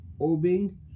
obeying